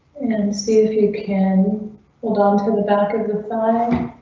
and and see if you can hold on to the back of the side.